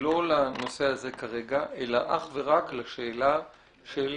לא לנושא הזה כרגע אלא אך ורק לשאלה האזורית.